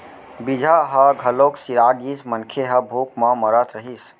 बीजहा ह घलोक सिरा गिस, मनखे ह भूख म मरत रहिस